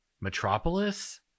metropolis